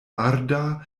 arda